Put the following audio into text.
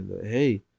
Hey